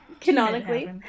Canonically